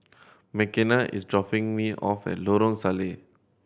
Mckenna is dropping me off at Lorong Salleh